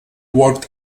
worked